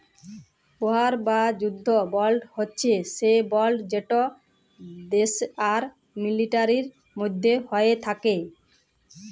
war বা যুদ্ধ বল্ড হছে সে বল্ড যেট দ্যাশ আর মিলিটারির মধ্যে হ্যয়ে থ্যাকে